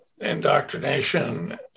indoctrination